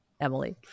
Emily